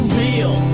real